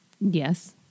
Yes